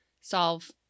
solve